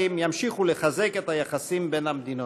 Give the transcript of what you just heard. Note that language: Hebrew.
ימשיכו לחזק את היחסים בין המדינות.